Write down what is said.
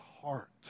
heart